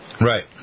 Right